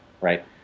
right